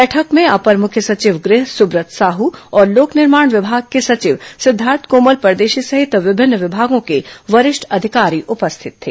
बैठक में अपर मुख्य सचिव गृह सुब्रत साहू और लोक निर्माण विभाग के सचिव सिद्धार्थ कोमल परदेशी सहित संबंधित विभागों के वरिष्ठ अधिकारी उपस्थित थे